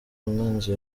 umwanzi